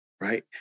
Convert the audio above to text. right